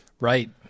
Right